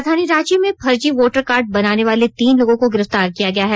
राजधानी रांची में फर्जी वोटर कार्ड बनानेवाले तीन लोगों को गिरफ्तार किया गया है